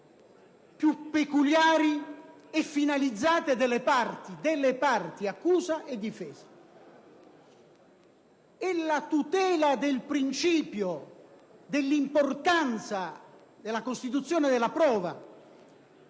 più peculiari e finalizzate delle parti, accusa e difesa. È la consapevolezza dell'importanza della costituzione della prova